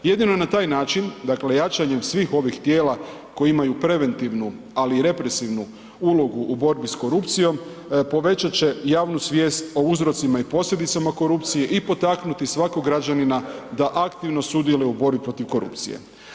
Jedino na taj način, dakle jačanjem svih ovih tijela koji imaju preventivnu ali i represivnu ulogu u borbi s korupcijom povećat će javnu svijest o uzrocima i posljedicama korupcije i potaknuti svakog građanina da aktivno sudjeluje u borbi protiv korupcije.